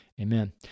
Amen